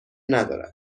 ندارد